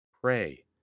Pray